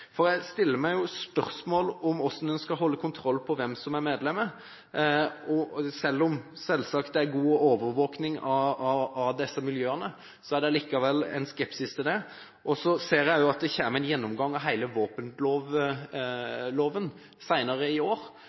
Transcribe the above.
våpensøknad. Jeg stiller meg spørsmål om hvordan man skal holde kontroll på hvem som er medlem. Selv om det selvsagt er god overvåking av disse miljøene, er det likevel en skepsis til det. Jeg ser at det kommer en gjennomgang av hele våpenloven senere i år,